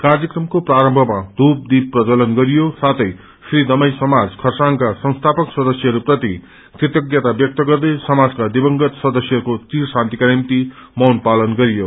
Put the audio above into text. कार्यक्रमको प्रारम्भमा धूप द्वीप प्रज्जवलन गरियो साथै श्री दमाई सामाज खरसाङका संस्थापक सदस्यहरू प्रति कृतज्ञता व्यक्त गर्दै समाजको दिवंगत सदस्यहरूको चिर शान्तिका निम्ति मौन पालन गरियो